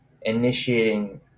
initiating